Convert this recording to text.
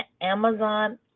amazon